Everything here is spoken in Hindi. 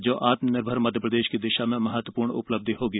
जो आत्म निर्भर मध्यप्रदेश की दिशा में महत्व ूर्ण उ लब्धि होगी